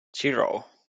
zero